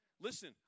Listen